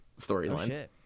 storylines